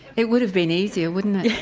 it would have been easier, wouldn't it.